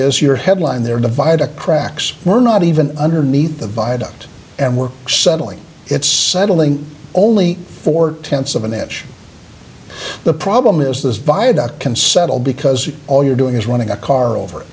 is your headline there divide a crack so we're not even underneath the viaduct and we're settling it's settling only four tenths of an inch the problem is this viaduct can settle because all you're doing is running a car over